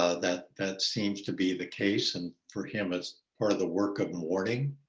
ah that that seems to be the case and for him, as part of the work of mourning,